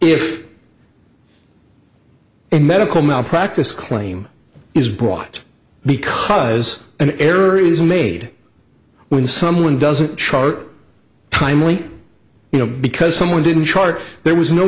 a medical malpractise claim is brought because an error is made when someone doesn't try timely you know because someone didn't chart there was no